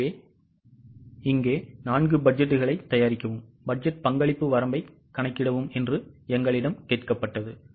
எனவே இங்கே 4 பட்ஜெட்டுகளை தயாரிக்கவும் பட்ஜெட் பங்களிப்பு வரம்பைக் கணக்கிடவும் என்று எங்களிடம் கேட்கப்பட்டது